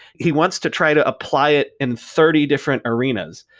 he wants to try to apply it in thirty different arenas.